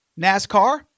NASCAR